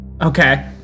Okay